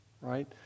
right